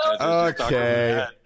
Okay